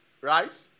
right